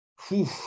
whew